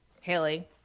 Haley